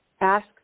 ask